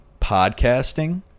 podcasting